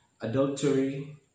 adultery